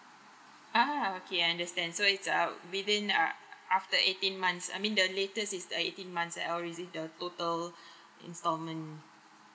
ah okay understand so it's err within uh after eighteen months I mean the latest is the eighteen months or is it the total installment